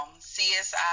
CSI